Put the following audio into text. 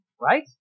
right